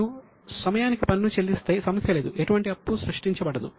నేను సమయానికి పన్ను చెల్లిస్తే సమస్య లేదు ఎటువంటి అప్పు సృష్టించబడదు